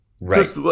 Right